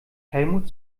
helmut